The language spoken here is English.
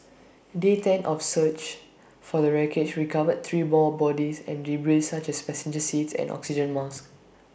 day ten of search for the wreckage recovered three more bodies and debris such as passenger seats and oxygen masks